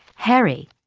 harry,